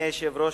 היושב-ראש,